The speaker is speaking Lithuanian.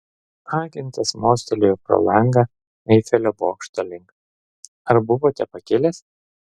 agentas mostelėjo pro langą eifelio bokšto link ar buvote pakilęs